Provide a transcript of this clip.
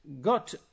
got